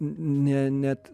ne net